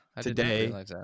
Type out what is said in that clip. today